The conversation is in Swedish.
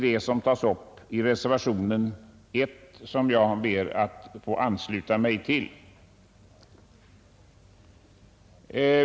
Detta tas upp i reservationen Il, som jag ber att få ansluta mig till.